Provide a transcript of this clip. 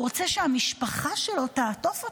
הוא רוצה שהמשפחה שלו תעטוף אותו,